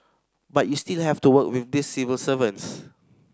but you still have to work with these civil servants